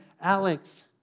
Alex